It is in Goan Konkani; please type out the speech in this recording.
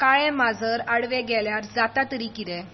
काळें माजर आडवें गेल्यार जाता तरी कितें